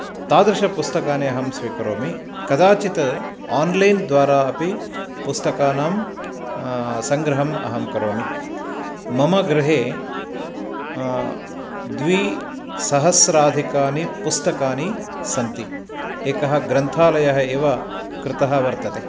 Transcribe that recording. तादृशपुस्तकानि अहं स्वीकरोमि कदाचित् आन्लैन् द्वारा अपि पुस्ताकानां सङ्ग्रहम् अहं करोमि मम गृहे द्विसहस्राधिकानि पुस्तकानि सन्ति एकः ग्रन्थालयः एव कृतः वर्तते